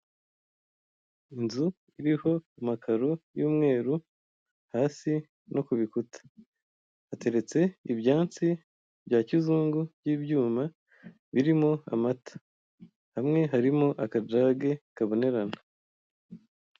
Inzu iriho amakaro y'umweru hasi no kubikuta, hateretse ibyansi bya kizungu by'ibyuma birirmo amata, hamwe harimo akajage kabonerana.